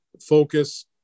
focus